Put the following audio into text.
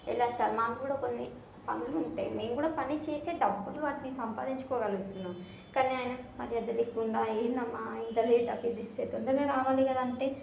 ఎలా సార్ మాకు కూడా కొన్ని పనులు ఉంటాయి మేము కూడా పని చేసే డబ్బులు వాటిని సంపాదించుకోగలుగుతున్నాము కానీ ఆయన మర్యాద లేకుండా ఏంటమ్మా ఇంత లేటా పిలిస్తే తొందరగా రావాలి కదా అంటే